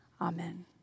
Amen